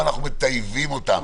אנחנו מטייבים אותן.